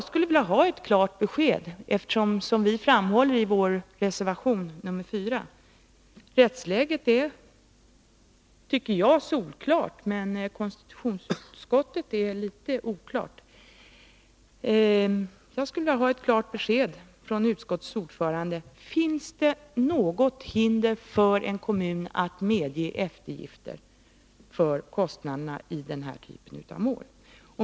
Eftersom rättsläget, som vi framhåller i vår reservation 4, tydligen är oklart — jag tycker dock att det är solklart — skulle jag vilja ha ett klart besked från utskottets ordförande. Finns det något hinder för en kommun att medge eftergifter för kostnaderna i denna typ av mål?